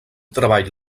treball